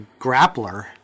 grappler